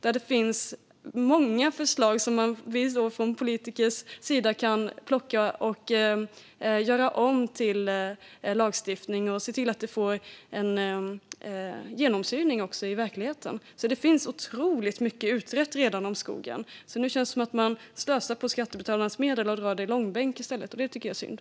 Där finns det många förslag som vi politiker kan plocka och göra om till lagstiftning och se till att de får genomsyning också i verkligheten. Det finns redan otroligt mycket utrett om skogen. Nu känns det som att man slösar med skattebetalarnas medel och drar detta i långbänk i stället. Det tycker jag är synd.